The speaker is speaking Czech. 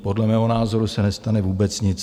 Podle mého názoru se nestane vůbec nic.